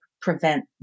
prevent